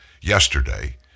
yesterday